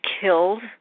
killed